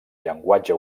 llenguatge